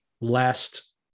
last